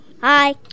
Hi